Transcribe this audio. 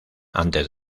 antes